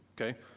okay